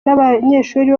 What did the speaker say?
n’abanyeshuri